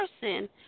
person